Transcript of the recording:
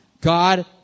God